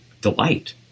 delight